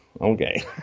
Okay